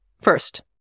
First